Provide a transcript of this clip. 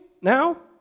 now